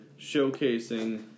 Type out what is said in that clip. showcasing